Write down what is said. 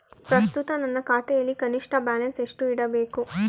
ಪ್ರಸ್ತುತ ನನ್ನ ಖಾತೆಯಲ್ಲಿ ಕನಿಷ್ಠ ಬ್ಯಾಲೆನ್ಸ್ ಎಷ್ಟು ಇಡಬೇಕು?